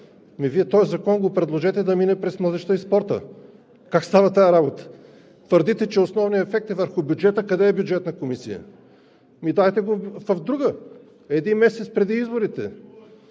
Вие този закон го предложете да мине през Младежта и спорта?! Как става тази работа? Твърдите, че основният ефект е върху бюджета. Къде е Бюджетната комисия? Ами дайте го в друга. Един месец преди изборите?!